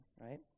right